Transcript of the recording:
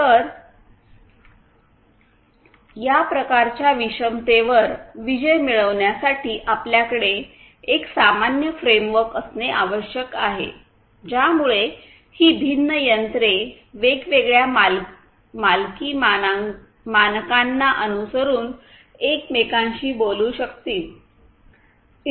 तर या प्रकारच्या विषमतेवर विजय मिळवण्यासाठी आपल्याकडे एक सामान्य फ्रेमवर्क असणे आवश्यक आहे ज्यामुळे ही भिन्न यंत्रे वेगवेगळ्या मालकी मानकांना अनुसरून एकमेकांशी बोलू शकतील